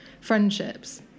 friendships